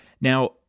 Now